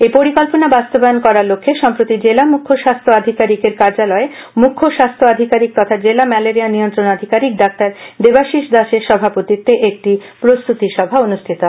এই পরিকল্পনা বাস্তবায়ন করার লক্ষ্যে সম্প্রতি জেলা মুখ্য স্বাস্থ্য আধিকারিকের কার্যালয়ে মুখ্য স্বাস্থ্য আধিকারিক তখা জেলা ম্যালেরিয়া নিয়ন্ত্রণ আধিকারিক ডা দেবাশিস দাসের সভাপতিত্বে একটি প্রস্তুতি সভা অনুষ্ঠিত হয়